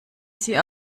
sie